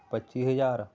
ਪੱਚੀ ਹਜ਼ਾਰ